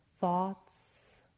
thoughts